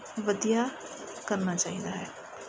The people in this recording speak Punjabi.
ਵਧੀਆ ਕਰਨਾ ਚਾਹੀਦਾ ਹੈ